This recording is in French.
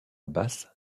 basse